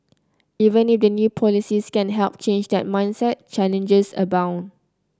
even if the new policies can help change that mindset challenges abound